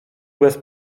bez